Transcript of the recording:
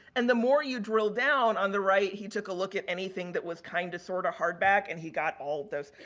and the more you drill down on the right he took a look at anything that was kind of sort of hardback and he got all those.